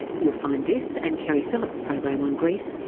you'll find this, and keri phillips's program on greece,